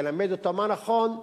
ללמד אותם מה נכון,